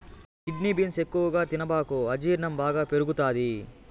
kidney beans ఎక్కువగా తినబాకు అజీర్ణం బాగా పెరుగుతది